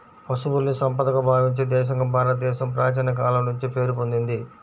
పశువుల్ని సంపదగా భావించే దేశంగా భారతదేశం ప్రాచీన కాలం నుంచే పేరు పొందింది